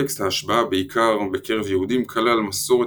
טקסט ההשבעה בעיקר בקרב יהודים כלל מסורת